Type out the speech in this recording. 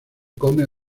come